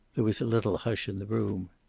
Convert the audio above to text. there was a little hush in the room.